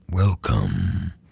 Welcome